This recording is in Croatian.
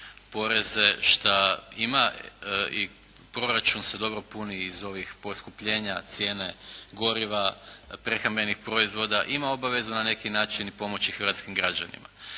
poreze, što ima i proračun se dobro puno iz ovih poskupljenja cijene goriva, prehrambenih proizvoda ima obavezu na neki način i pomoći hrvatskim građanima.